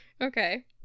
Okay